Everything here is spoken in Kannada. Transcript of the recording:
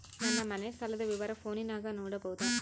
ನನ್ನ ಮನೆ ಸಾಲದ ವಿವರ ಫೋನಿನಾಗ ನೋಡಬೊದ?